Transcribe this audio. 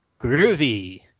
Groovy